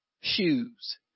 shoes